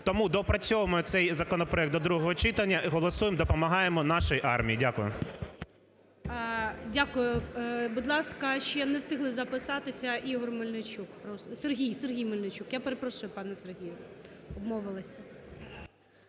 Тому доопрацьовуємо цей законопроект до другого читання і голосуємо, допомагаємо нашій армії. Дякую. ГОЛОВУЮЧИЙ. Дякую. Будь ласка, ще не встигли записатися, Ігор Мельничук. Сергій Мельничук. Я перепрошую, пане Сергію, обмовилася.